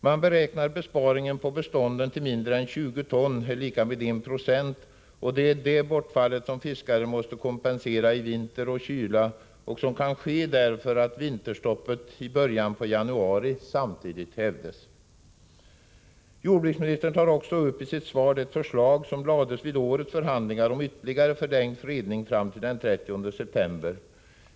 Man beräknar besparingen på bestånden till mindre än 20 ton, vilket är lika med 1 4, och det är det bortfallet som fiskaren måste kompensera i vinter och kyla och som kan ske därför att vinterstoppet i början av januari hävdes. Jordbruksministern tar också i sitt svar upp det förslag som lades fram vid årets förhandlingar om ytterligare förlängd fredning fram till den 30 september.